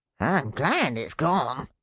glad it's gone,